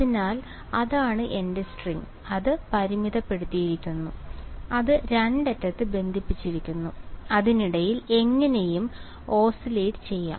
അതിനാൽ അതാണ് എന്റെ സ്ട്രിംഗ് അത് പരിമിതപ്പെടുത്തിയിരിക്കുന്നു അത് രണ്ടറ്റത്ത് ബന്ധിപ്പിച്ചിരിക്കുന്നു അതിനിടയിൽ എങ്ങനെയും ഓസിലേറ്റ് ചെയ്യാം